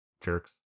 jerks